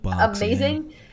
amazing